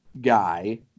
guy